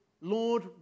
Lord